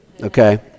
okay